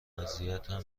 اذیتم